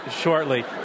shortly